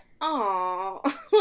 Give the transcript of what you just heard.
Aw